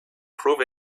prove